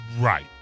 Right